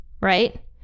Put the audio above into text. right